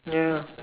ya